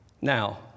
Now